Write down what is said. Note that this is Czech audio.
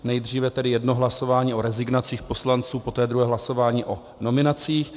Nejdříve tedy jedno hlasování o rezignacích poslanců, poté druhé hlasování o nominacích.